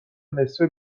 نصفه